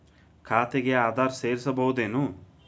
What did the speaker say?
ಖಾತೆಗೆ ಆಧಾರ್ ಸೇರಿಸಬಹುದೇನೂ?